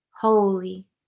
holy